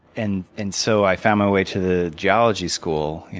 and and so i found my way to the geology school.